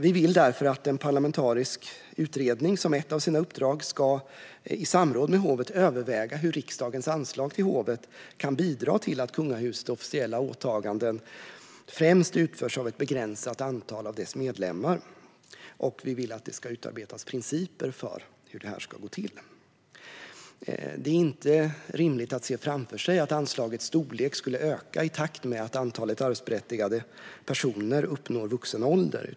Vi vill därför att en parlamentarisk utredning som ett av sina uppdrag i samråd med hovet ska överväga hur riksdagens anslag till hovet kan bidra till att kungahusets officiella åtaganden främst utförs av ett begränsat antal av dess medlemmar. Vi vill att det ska utarbetas principer för hur det här ska gå till. Det är inte rimligt att se framför sig att anslagets storlek skulle öka i takt med att antalet arvsberättigade personer uppnår vuxen ålder.